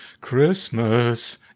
Christmas